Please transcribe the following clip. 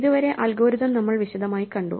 ഇതുവരെ അൽഗോരിതം നമ്മൾ വിശദമായി കണ്ടു